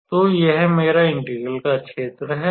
तो यह मेरा इंटीग्रल का क्षेत्र है और